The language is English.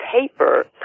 paper